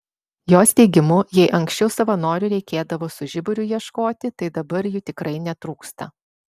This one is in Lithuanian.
jos teigimu jei anksčiau savanorių reikėdavo su žiburiu ieškoti tai dabar jų tikrai netrūksta